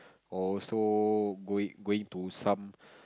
also going going to some